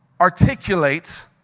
articulate